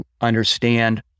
understand